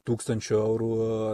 tūkstančiu eurų